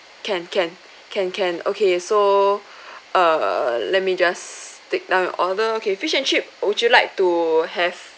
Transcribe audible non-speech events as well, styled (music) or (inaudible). can can can can okay so (breath) err let me just take down your order okay fish and chip would you like to have